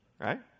right